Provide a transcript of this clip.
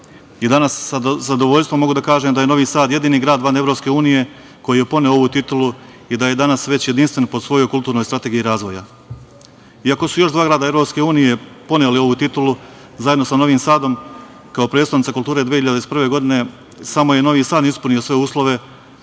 Danas sa zadovoljstvom mogu da kažem da je Novi Sad jedini grad van EU koji je poneo ovu titulu i da je danas već jedinstven po svojoj kulturnoj strategiji razvoja. Iako su još dva grada EU poneli ovu titulu zajedno sa Novim Sadom, kao prestonica kulture 2021. godine, samo je Novi Sad ispunio sve uslove